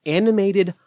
animated